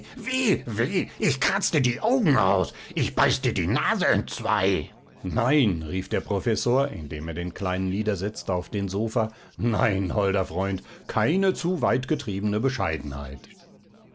weh ich kratz dir die augen aus ich beiß dir die nase entzwei nein rief der professor indem er den kleinen niedersetzte auf den sofa nein holder freund keine zu weit getriebene bescheidenheit